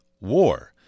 war